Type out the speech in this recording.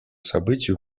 событию